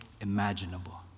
imaginable